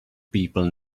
people